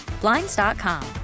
Blinds.com